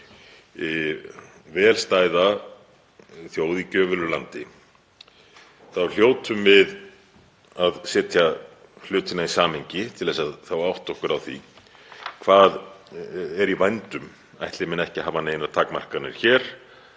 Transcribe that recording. þjóð, vel stæða þjóð í gjöfulu landi, hljótum við að setja hlutina í samhengi til að átta okkur á því hvað er í vændum ætli menn ekki hafa neinar takmarkanir hér